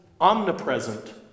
omnipresent